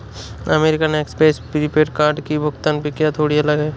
American Express prepaid card की भुगतान प्रक्रिया थोड़ी अलग है